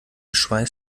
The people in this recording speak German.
schweiß